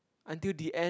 until the end